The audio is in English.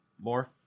more